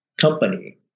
company